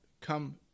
come